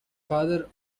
father